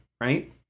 right